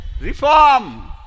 reform